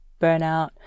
burnout